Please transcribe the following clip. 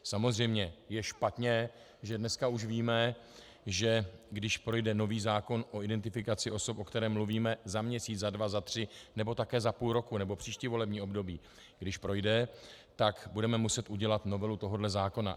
Samozřejmě je špatně, že dneska už víme, že když projde nový zákon o identifikaci osob, o kterém mluvíme, za měsíc, za dva, za tři nebo také za půl roku nebo příští volební období, když projde, tak budeme muset udělat novelu tohohle zákona.